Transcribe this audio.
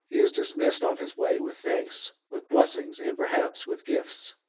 he is dismissed on his way, with thanks, with blessings, and perhaps with gifts.